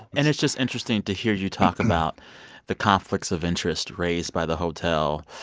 and it's just interesting to hear you talk about the conflicts of interest raised by the hotel.